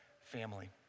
family